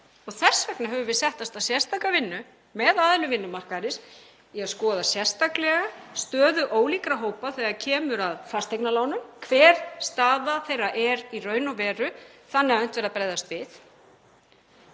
Þess vegna höfum við sett af stað sérstaka vinnu með aðilum vinnumarkaðarins í að skoða sérstaklega stöðu ólíkra hópa þegar kemur að fasteignalánum, hver staða þeirra er í raun og veru þannig að unnt verði að bregðast við.